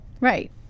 Right